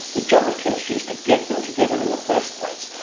the job of chemistry is to get them together in the first place.